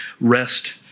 rest